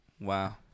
Wow